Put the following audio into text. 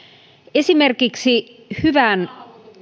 esimerkiksi hyvän